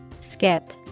Skip